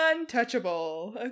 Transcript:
Untouchable